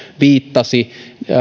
viittasi